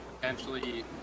potentially